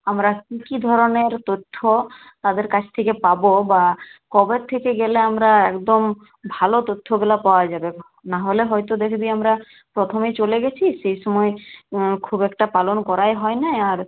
আমরা কী কী ধরনের তথ্য তাদের কাছ থেকে পাবো বা কবের থেকে গেলে আমরা একদম ভালো তথ্যগুলো পাওয়া যাবে নাহলে হয়তো দেখবি আমরা প্রথমেই চলে গিয়েছি সেই সময় খুব একটা পালন করাই হয় নাই আর